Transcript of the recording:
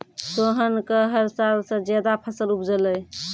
सोहन कॅ हर साल स ज्यादा फसल उपजलै